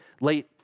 late